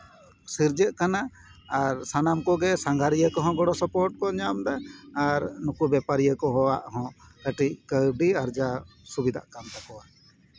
ᱥᱤᱨᱡᱟᱹᱜ ᱠᱟᱱᱟ ᱟᱨ ᱥᱟᱱᱟᱢ ᱠᱚᱜᱮ ᱥᱟᱸᱜᱷᱟᱨᱤᱭᱟᱹ ᱠᱚᱦᱚᱸ ᱜᱚᱲᱚ ᱥᱚᱦᱚᱯᱚᱫ ᱠᱚ ᱧᱟᱢᱫᱟ ᱟᱨ ᱱᱩᱠᱩ ᱵᱮᱯᱟᱨᱤᱭᱟᱹ ᱠᱚᱣᱟᱜᱦᱚᱸ ᱠᱟᱹᱣᱰᱤ ᱟᱨᱡᱟᱣ ᱥᱩᱵᱤᱫᱷᱟᱜ ᱠᱟᱱ ᱛᱟᱠᱚᱣᱟ